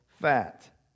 fat